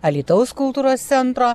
alytaus kultūros centro